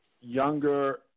younger